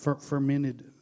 fermented